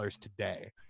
today